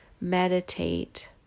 meditate